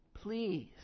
please